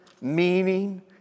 meaning